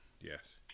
yes